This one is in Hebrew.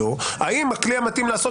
לא מעוגנת, למה אתה אומר שאנשים סתם חוששים?